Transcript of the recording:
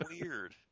weird